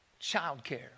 childcare